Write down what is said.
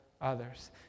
others